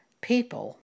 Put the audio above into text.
people